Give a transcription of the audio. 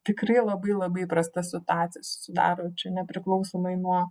tikrai labai labai prasta situacija susidaro čia nepriklausomai nuo